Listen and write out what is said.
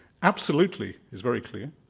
absolutely is very clear,